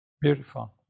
Beautiful